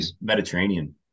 mediterranean